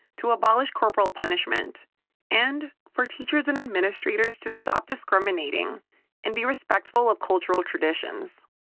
to abolish corporal punishment and for teachers and administrators to stop discriminating and be respectful of cultural traditions.